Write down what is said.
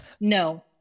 no